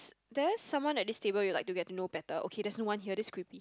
there's someone at this table you like to get to know better okay there's no one here that's creepy